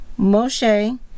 Moshe